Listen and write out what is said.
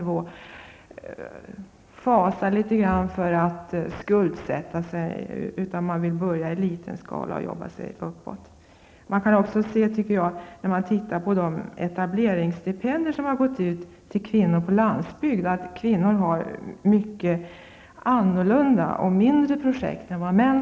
De fasar för att skuldsätta sig. Om man ser till de etableringsstipendier som har gått till kvinnor på landsbygd kan man finna att kvinnor har mycket annorlunda och mindre projekt än män.